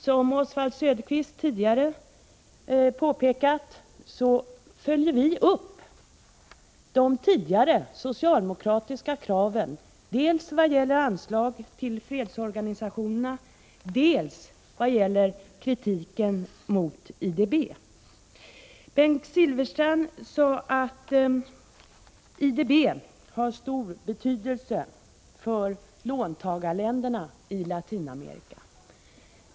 Som Oswald Söderqvist tidigare påpekat följer vi upp de tidigare socialdemokratiska kraven dels vad gäller anslag till fredsorganisationerna, dels vad gäller kritiken mot IDB. Bengt Silfverstrand sade att IDB har stor betydelse för låntagarländerna i Latinamerika.